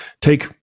take